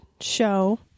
show